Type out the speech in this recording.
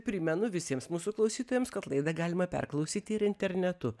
primenu visiems mūsų klausytojams kad laidą galima perklausyti ir internetu